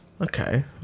Okay